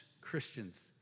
Christians